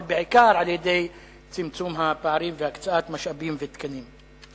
אבל בעיקר על-ידי צמצום הפערים והקצאת משאבים ותקנים.